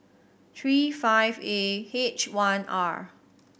three five A H one R